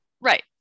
Right